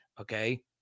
Okay